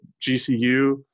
GCU